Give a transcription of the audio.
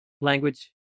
language